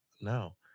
No